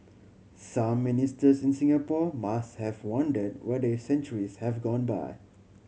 some Ministers in Singapore must have wondered whether centuries have gone by